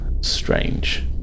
strange